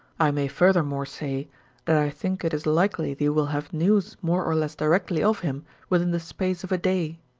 i may furthermore say that i think it is likely thee will have news more or less directly of him within the space of a day.